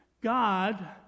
God